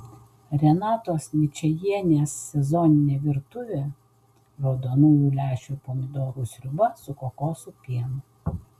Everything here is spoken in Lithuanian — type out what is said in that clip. renatos ničajienės sezoninė virtuvė raudonųjų lęšių ir pomidorų sriuba su kokosų pienu